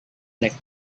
naik